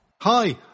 Hi